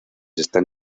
están